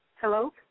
Hello